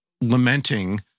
lamenting